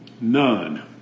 None